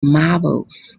marbles